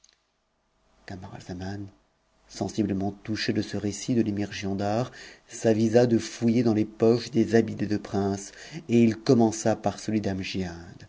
camaralzaman sensiblement touché de ce récit de l'émir giondar s avisa de fouiller dans les poches des habits des deux princes et il commença par